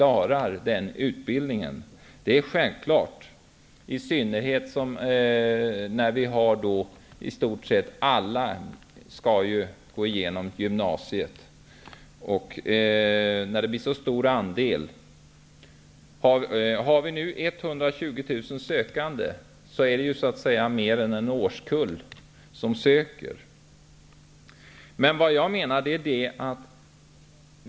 Andelen studerande är ju stor, eftersom i stort sett alla elever går igenom gymnasiet. Om vi har 120 000 sökande är det mer än vad en årskull omfattas av.